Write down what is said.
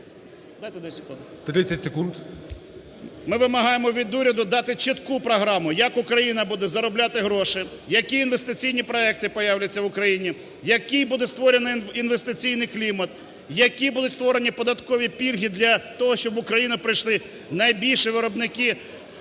Дайте 10 секунд.